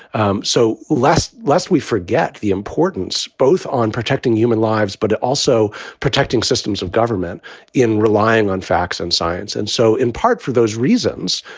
um so let's lest we forget the importance both on protecting human lives, but also protecting systems of government in relying on facts and science. and so in part for those reasons.